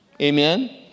Amen